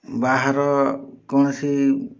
ବାହାର କୌଣସି